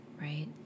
right